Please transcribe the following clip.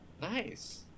Nice